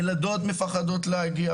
ילדות פוחדות להגיע.